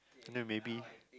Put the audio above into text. then maybe